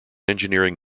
engineering